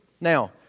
Now